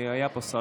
היה פה שר.